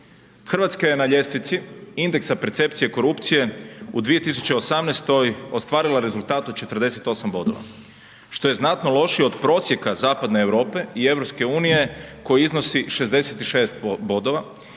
Hrvatska je na ljestvici indeksa percepcije, korupcije u 2018. ostvarila rezultat od 48 bodova, što je znatno lošije od prosjeka zapadne Europe i EU koja iznosi 66 bodova